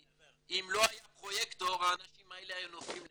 כי אם לא היה פרויקטור האנשים האלה היו נופלים לגמרי.